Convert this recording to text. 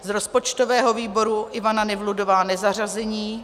Z rozpočtového výboru Ivana Nevludová nezařazení.